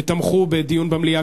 ותמכו בדיון במליאה,